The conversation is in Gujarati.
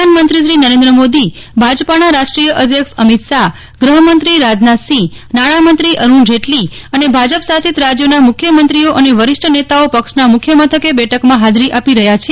પ્રધાનમંત્રી નરેન્દ્ર મોદીભાજપાના રાષ્ટ્રીય અધ્યક્ષ અમિત શાહગ્રહમંત્રી રાજનાથસિંહ નાણામંત્રી અરૂણ જેટલી અને ભાજપ શાસિત રાજ્યોના મુખ્યમંત્રીઓ અને વરિષ્ઠ નેતાઓ પક્ષના મુખ્ય મથકે બેઠકમાં હાજરી આપી રહ્યા છે